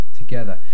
together